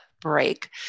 break